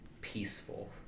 peaceful